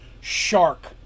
Shark